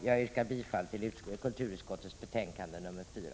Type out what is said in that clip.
Jag yrkar bifall till hemställan i kulturutskottets betänkande 4,